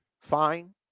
fine